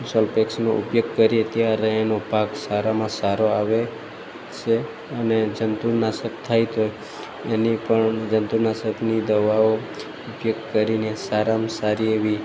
સલ્ફેક્સનો ઉપયોગ કરીએ ત્યારે એનો પાક સારામાં સારો આવે છે અને જંતુનાશક થાય તો એની પણ જંતુનાશકની દવાઓ ઉપયોગ કરીને સારામાં સારી એવી